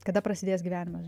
kada prasidės gyvenimas